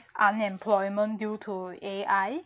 unemployment due to A_I